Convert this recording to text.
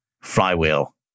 flywheel